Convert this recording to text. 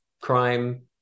crime